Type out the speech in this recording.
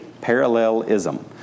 Parallelism